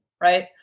right